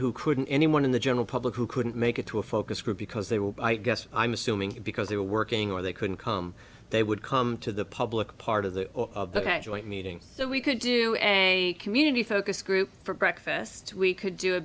who couldn't anyone in the general public who couldn't make it to a focus group because they were i guess i'm assuming because they were working or they couldn't come they would come to the public part of the joint meeting so we could do a community focus group for breakfast we could do a